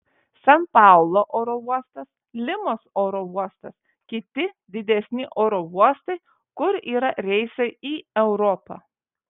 san paulo oro uostas limos oro uostas kiti didesni oro uostai kur yra reisai į europą